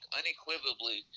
unequivocally